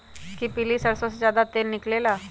कि पीली सरसों से ज्यादा तेल निकले ला?